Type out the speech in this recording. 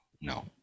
No